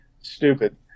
stupid